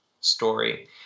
story